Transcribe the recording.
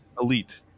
elite